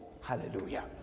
Hallelujah